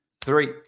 three